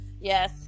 Yes